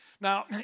Now